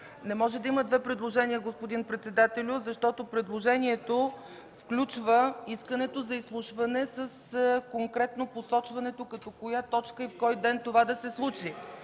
Не може да има две предложения, господин председателю, защото предложението включва искането за изслушване с конкретно посочване като коя точка и кой ден това да се случи.